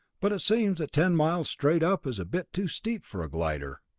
but it seems that ten miles straight up is a bit too steep for a glider.